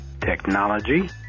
technology